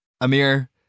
Amir